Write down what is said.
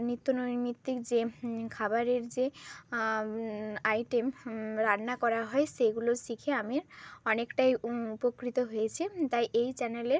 নিত্য নৈমিত্তিক যে খাবারের যে আইটেম রান্না করা হয় সেগুলো শিখে আমি অনেকটাই উপকৃত হয়েছি তাই এই চ্যানেলের